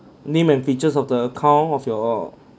name and features of the account of your